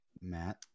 Matt